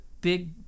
big